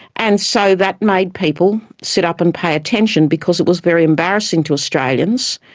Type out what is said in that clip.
and so that made people sit up and pay attention, because it was very embarrassing to australians.